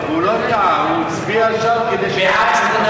הוא לא טעה, הוא הצביע שם כדי, בעד,